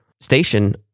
Station